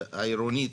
עירונית.